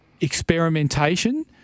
experimentation